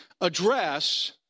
address